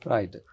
Right